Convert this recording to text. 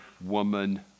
woman